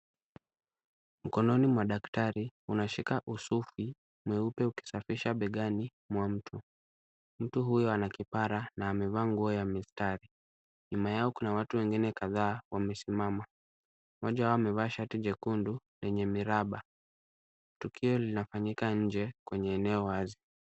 Mkononi mwa daktari, unashika usufi mweupe ukisafisha begani mwa mtu. Mtu huyu ana kipara na amevaa nguo ya mistari. Nyuma yao kuna watu wengine kadhaa wamesimama. Mmoja wao amevaa shati jekundu lenye miraba. Tukio linafanyika nje kwenye eneo wazi.